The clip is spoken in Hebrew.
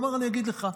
הוא אמר: אני אגיד לך,